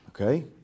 Okay